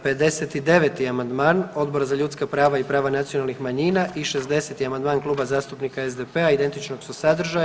59. amandman Odbora za ljudska prava i prava nacionalnih manjina i 60. amandman Kluba zastupnika SDP-a identičnog su sadržaja.